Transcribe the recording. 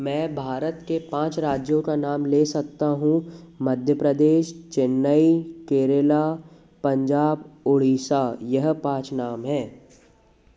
मैं भारत के पाँच राज्यों का नाम ले सकता हूँ मध्य प्रदेश चेन्नई केरल पंजाब उड़ीसा यह पाँच नाम हैं